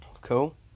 Cool